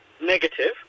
negative